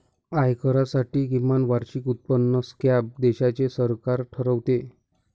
आयकरासाठी किमान वार्षिक उत्पन्न स्लॅब देशाचे सरकार ठरवते